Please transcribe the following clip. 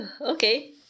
okay